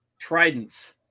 Trident's